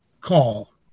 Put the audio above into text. call